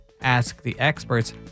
asktheexperts